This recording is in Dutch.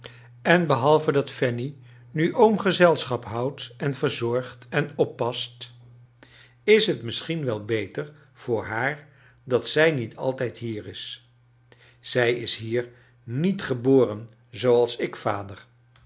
en behalve dat fanny nu oom gezelscbap houdt en verzorgt en oppast is t misschien wel beter voor haar dat zij niet altijd hier is zij is hier niet geboren zooals ik vader